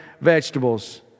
vegetables